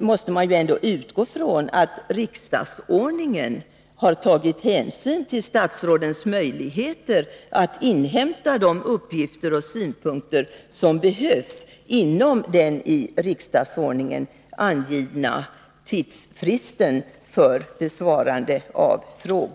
måste väl ändå utgå från att det i riksdagsordningen tagits hänsyn till statsrådens möjligheter att inhämta de uppgifter och synpunkter som behövs inom den i riksdagsordningen angivna tidsfristen för besvarande av frågor.